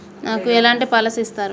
నాకు ఎలాంటి పాలసీ ఇస్తారు?